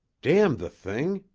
damn the thing!